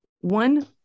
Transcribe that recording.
one